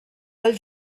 pel